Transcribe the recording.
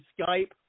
Skype